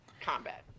combat